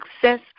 success